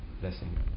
blessing